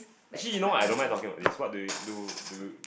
actually you know what I don't mind talking about this what do do do